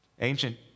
Ancient